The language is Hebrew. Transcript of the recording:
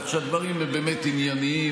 כך שהדברים הם באמת ענייניים,